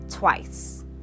Twice